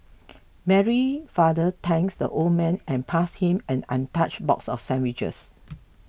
Mary father thanked the old man and passed him an untouched box of sandwiches